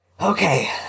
Okay